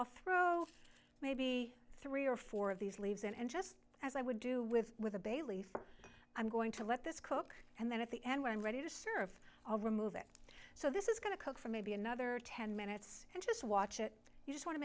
i'll throw maybe three or four of these leaves and just as i would do with with a bailey for i'm going to let this cook and then at the end when i'm ready to serve i'll remove it so this is going to cook for maybe another ten minutes and just watch it you just wan